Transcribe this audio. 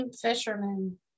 Fisherman